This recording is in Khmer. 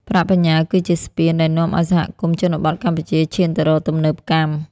ប្រាក់បញ្ញើគឺជា "ស្ពាន" ដែលនាំឱ្យសហគមន៍ជនបទកម្ពុជាឈានទៅរកទំនើបកម្ម។